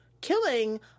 killing